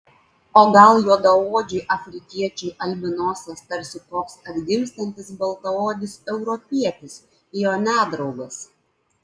o gal juodaodžiui afrikiečiui albinosas tarsi koks atgimstantis baltaodis europietis jo nedraugas